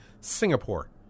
Singapore